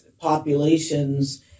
populations